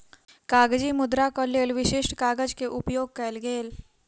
कागजी मुद्राक लेल विशिष्ठ कागज के उपयोग गेल